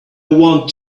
want